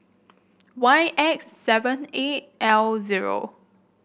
Y X seven eight L zero